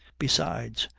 besides,